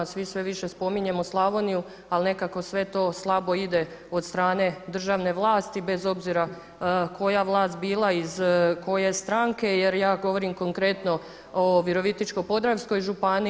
Svi sve više spominjemo Slavoniju, ali nekako sve to slabo ide od strane državne vlasti bez obzira koja vlast bila, iz koje stranke jer ja govorim konkretno o Virovitičko-podravskoj županiji.